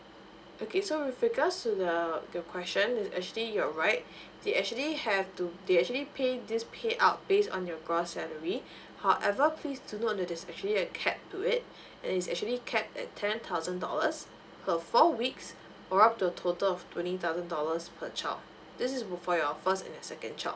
okay so with regard to the the question is actually you're right they actually have to they actually pay this payout based on your gross salary however please do note that there's actually a cap to it and it's actually capped at ten thousand dollars per four weeks or up to a total of twenty thousand dollars per child this is for your first and the second child